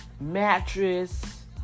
mattress